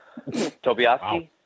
Tobiaski